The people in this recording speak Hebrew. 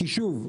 כי שוב,